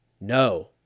no